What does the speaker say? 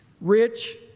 Rich